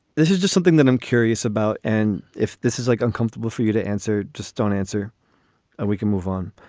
this is just something that i'm curious about. and if this is like uncomfortable for you to answer, just don't answer and we can move on.